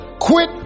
Quit